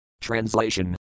Translation